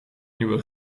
nieuwe